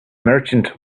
merchant